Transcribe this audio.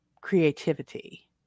creativity